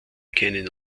keinen